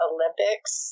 Olympics